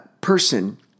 person